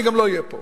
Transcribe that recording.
אני גם לא אהיה פה.